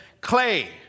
clay